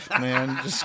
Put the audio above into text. man